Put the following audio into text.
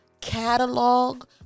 catalog